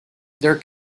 there